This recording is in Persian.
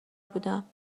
بودم